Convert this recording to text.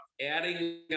adding